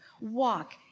Walk